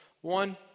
one